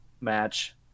match